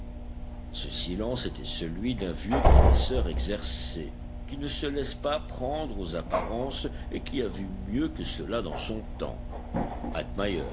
ce silence était celui d'un vieux connaisseur exercé qui ne se laisse pas prendre aux apparences et qui a vu mieux que cela dans son temps atmayer